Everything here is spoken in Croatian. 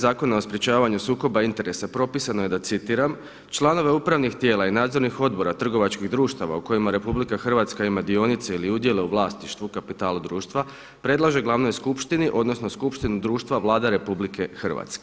Zakona o sprječavanju sukoba interesa propisano je da citiram: „Članove upravnih tijela i nadzornih odbora trgovačkih društava u kojima RH ima dionice ili udjele u vlasništvu kapital društva predlaže glavnoj skupštini, odnosno skupštini društva Vlada RH“